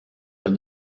keel